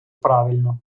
правильно